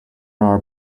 are